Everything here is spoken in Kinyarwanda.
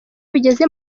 bigeze